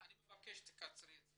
אני מבקש שתקצרי.